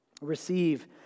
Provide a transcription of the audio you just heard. Receive